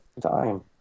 time